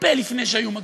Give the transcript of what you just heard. הרבה לפני שהיו מגנומטרים.